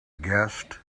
guest